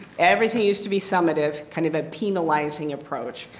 everything used to be summative, kind of a penalizing approach.